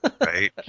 Right